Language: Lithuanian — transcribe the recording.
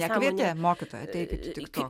nekvietė mokytoja ateikit į tiktok